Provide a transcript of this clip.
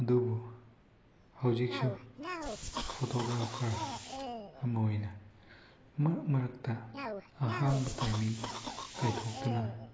ꯑꯗꯨꯕꯨ ꯍꯧꯖꯤꯛꯁꯨ ꯐꯣꯇꯣꯒ꯭ꯔꯥꯐꯔ ꯑꯃ ꯑꯣꯏꯅ ꯃꯔꯛ ꯃꯔꯛꯇ ꯑꯍꯥꯡꯕ ꯇꯥꯏꯃꯤꯡ ꯀꯥꯏꯊꯣꯛꯇꯨꯅ